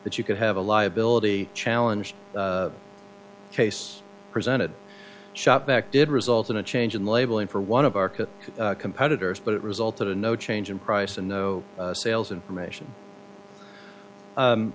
that you could have a liability challenge case presented shot back did result in a change in labeling for one of arca competitors but it resulted in no change in price and no sales information